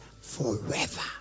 forever